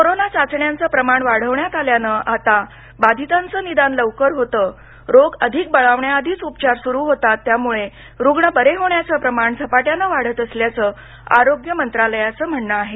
corona चाचण्यांचं प्रमाण वाढवण्यात आल्यानं आता बाधितांचं निदान लवकर होतं रोग अधिक बळावण्याआधीच उपचार सुरू होतात त्यामुळे रुग्ण बरे होण्याचं प्रमाण झपाट्यानं वाढत असल्याचं आरोग्य मंत्रालयाचं म्हणणं आहे